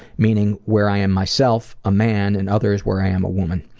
meaning where i am myself, a man, and others where i am a woman.